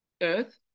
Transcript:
earth